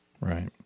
Right